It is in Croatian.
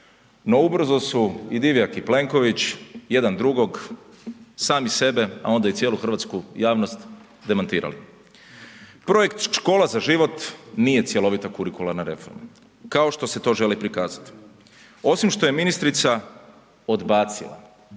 No ubrzo su i Divjak i Plenković jedan drugog, sami sebe, a onda i cijelu hrvatsku javnost, demantirali. Projekt Škola za život nije cjelovita kurikularna reforma kao što se to želi prikazati. Osim što je ministrica odbacila